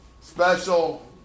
special